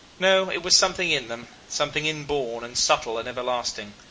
no it was something in them, something inborn and subtle and everlasting.